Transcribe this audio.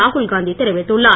ராகுல் காந்தி தெரிவித்துள்ளார்